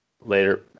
Later